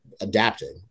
adapting